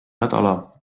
nädala